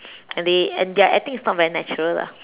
and they and their acting is not very natural lah